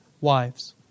wives